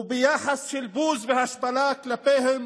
וביחס של בוז והשפלה כלפיהם,